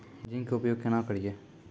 Zinc के उपयोग केना करये?